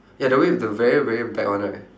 ya the one with the very very back one right